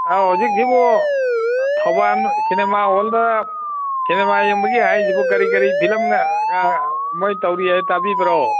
ꯑꯧ ꯍꯧꯖꯤꯛꯁꯤꯕꯨ ꯊꯧꯕꯥꯜ ꯁꯤꯅꯦꯃꯥ ꯍꯣꯜꯗ ꯁꯤꯅꯦꯃꯥ ꯌꯦꯡꯕꯒꯤ ꯍꯥꯏꯔꯤꯁꯤꯕꯨ ꯀꯔꯤ ꯀꯔꯤ ꯐꯤꯂꯝꯒ ꯃꯣꯏ ꯇꯧꯔꯤ ꯍꯥꯏ ꯇꯥꯕꯤꯕ꯭ꯔꯣ